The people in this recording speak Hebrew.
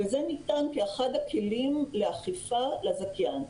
וזה ניתן כאחד הכלים לאכיפה לזכיין.